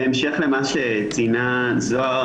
בהמשך למה שציינה זהר,